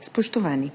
Spoštovani.